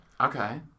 Okay